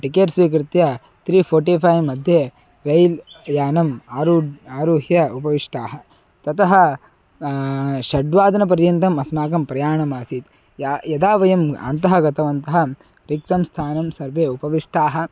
ticket स्वीकृत्य three forty five मध्ये rail यानम् आरुह्य आरुह्य उपविष्टाः ततः षड्वादनपर्यन्तम् अस्माकं प्रयाणम् आसीत् यदा यदा वयम् अन्तः गतवन्तः रिक्ते स्थाने सर्वे उपविष्टाः